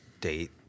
date